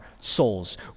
souls